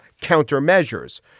countermeasures